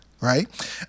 right